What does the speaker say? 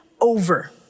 over